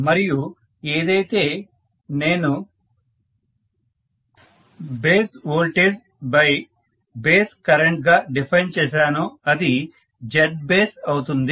మరియు ఏదైతే నేను బేస్ వోల్టేజ్బేస్ కరెంట్ గా డిఫైన్ చేశానో అది Zbase అవుతుంది